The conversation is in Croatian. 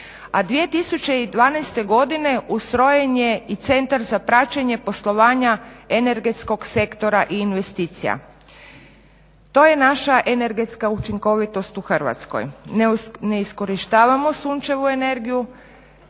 a 2012.godine ustrojen je i Centar za praćenje poslovanja energetskog sektora i investicija. To je naša energetska učinkovitost u Hrvatskoj. Ne iskorištavamo sunčevu energiju,